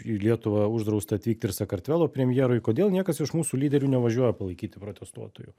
į lietuvą uždrausta atvykt ir sakartvelo premjerui kodėl niekas iš mūsų lyderių nevažiuoja palaikyti protestuotojų